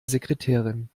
sekretärin